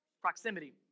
Proximity